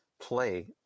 play